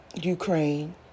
Ukraine